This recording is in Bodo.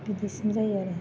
बिदिसिम जायो आरो